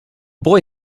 boy